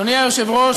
אדוני היושב-ראש,